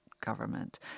government